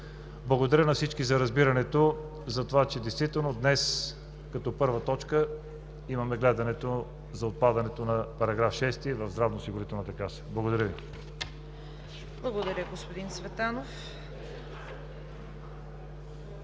Благодаря на всички за разбирането, че днес като първа точка имаме гледането за отпадането на § 6 в Здравноосигурителната каса. Благодаря Ви.